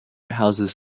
houses